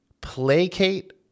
Placate